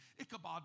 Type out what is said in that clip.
Ichabod